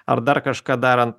ar dar kažką darant